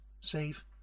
save